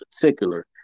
particular